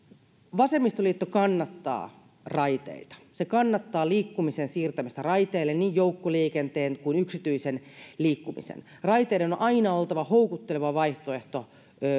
vasemmistoliitto kannattaa raiteita se kannattaa liikkumisen siirtämistä raiteille niin joukkoliikenteen kuin yksityisen liikkumisen raiteiden on aina oltava houkutteleva vaihtoehto